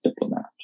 diplomat